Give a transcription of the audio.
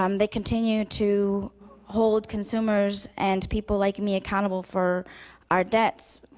um they continue to hold consumers and people like me accountable for our debts.